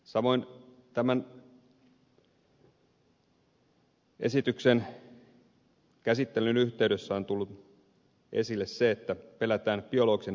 samoin tämän esityksen käsittelyn yhteydessä on tullut esille se että pelätään biologisen vanhemman aseman puolesta